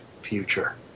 future